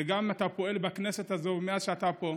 ואתה גם פועל בכנסת הזאת מאז שאתה פה.